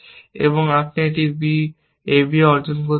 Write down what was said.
এবং আপনি একটি ab অর্জন করতে চান